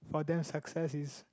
for them success is